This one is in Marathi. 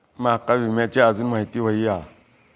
माका विम्याची आजून माहिती व्हयी हा?